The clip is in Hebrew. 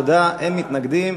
אין נמנעים.